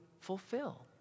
fulfill